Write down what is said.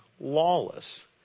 lawless